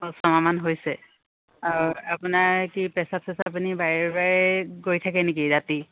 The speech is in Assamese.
অঁ ছমাহমান হৈছে আৰু আপোনাৰ কি প্ৰস্ৰাৱ চচাব আপুনি বাৰে বাৰে কৰি থাকে নেকি ৰাতি